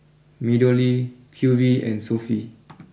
Meadow Lea Q V and Sofy